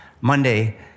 Monday